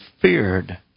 feared